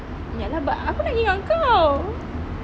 ya lah but aku nak pergi dengan kau